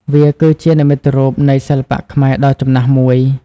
វាគឺជានិមិត្តរូបនៃសិល្បៈខ្មែរដ៏ចំណាស់មួយ។